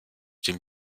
dem